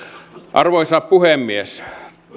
arvoisa puhemies